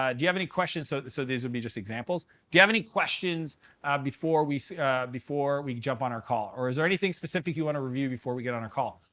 ah and you have any questions? so so these would be just examples. do you have any questions before we before we jump on our call? or, is there anything specific you want to review before we get on our call?